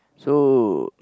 so